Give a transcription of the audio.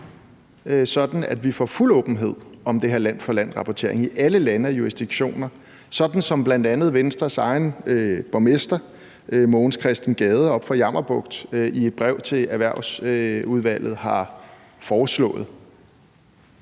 sådan at vi får fuld åbenhed om den her land for land-rapportering i alle lande og jurisdiktioner, sådan som bl.a. Venstres egen borgmester oppe fra Jammerbugt Kommune, Mogens Chresten Gade, i et brev til Erhvervsudvalget har foreslået?